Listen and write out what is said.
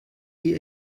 die